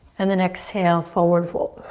and then exhale, forward fold.